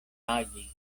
agi